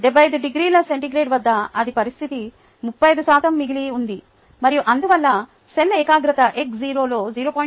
75 డిగ్రీల సి వద్ద అదే పరిస్థితి 35 శాతం మిగిలి ఉంది మరియు అందువల్ల సెల్ ఏకాగ్రత x0 లో 0